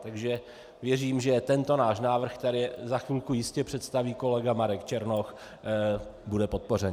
Takže věřím, že tento náš návrh, který za chvilku jistě představí kolega Marek Černoch, bude podpořen.